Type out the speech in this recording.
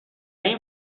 این